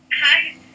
Hi